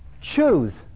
choose